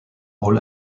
all